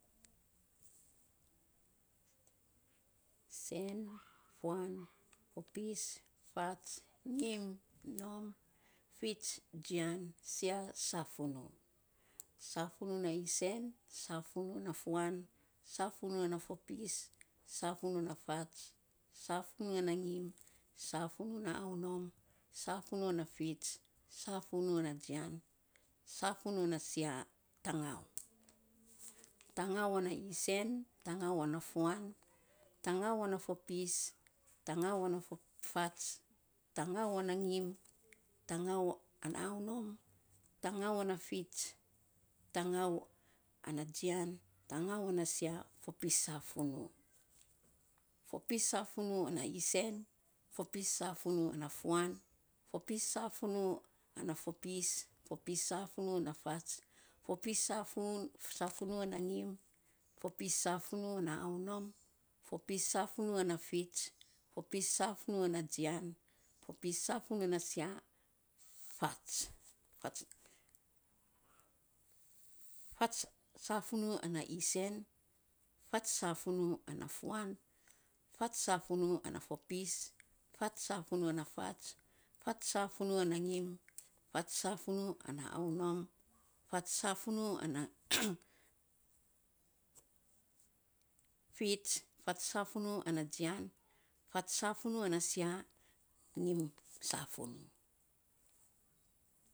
sen, fuan, fopis, fats, ngim, nom, fits, jian, sia, safunuu. Safunu na isen, sfunuu na fuan, safunuu na fopis, safunuu ana fats, safunuu ana ngim, safunuu ana aunom, safunuu ana fits, safunuu na jian, safunuu na sia, tangau. Tangau ana isen, tangau ana fuan, tangau ana fopis, tangau ana fats, tangau ana ngim, tangau ana aunom, tangau ana fits, tangau ana jian, tangau ana sia, fopis safunuu fopis safunuu ana isen, fopis safunuu ana fuan, fopis safunuu ana fopis. fpis safunuu ana fats, fopis safunuu ana ngin, fopis safunuu ana aunom, fopis safunuu ana fits, fopis safunuu ana jian, fopis safunuu ana jian, fopis safunuu ana sia fats, fats safunuu isen, fats safunuu ana fuan, fats safunuu fopis, fats safunuu ngim, fats safunuu ana aunom, fats safunuu ana fits, fats safunuu ana jian, fats safunuu ana sia, ngin safunuu